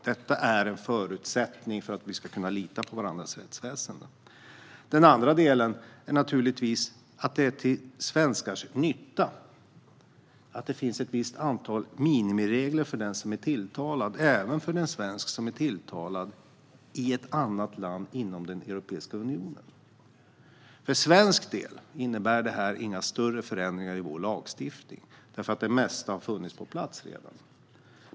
Detta är en förutsättning för att vi ska kunna lita på varandras rättsväsen. För det andra är det till svenskars nytta att det finns ett visst antal minimiregler för den som är tilltalad - även för svenskar som är tilltalade i ett annat land inom Europeiska unionen. För svensk del innebär detta inga större förändringar i vår lagstiftning. Det mesta fanns redan på plats.